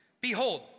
Behold